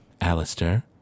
Alistair